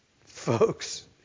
Folks